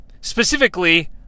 Specifically